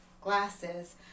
glasses